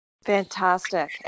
Fantastic